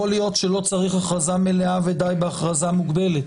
להיות שלא צריך הכרזה מלאה ודי בהכרזה מוגבלת.